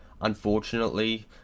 unfortunately